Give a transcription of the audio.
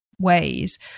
ways